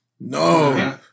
No